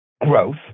growth